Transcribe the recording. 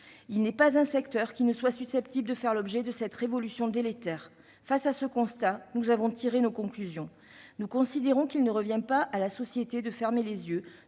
Il n'est pas un secteur qui ne soit susceptible de faire l'objet de cette révolution délétère. Face à ce constat, nous avons tiré des conclusions. Nous considérons que la société ne doit pas fermer les yeux